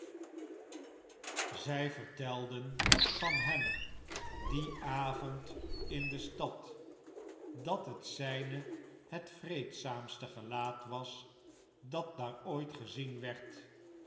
zij vertelden van hem dien avond in de stad dat het zijne het vreedzaamste gelaat was dat daar ooit gezien werd